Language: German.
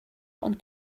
und